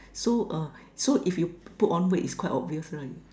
so uh so if you put on weight it's quite obvious right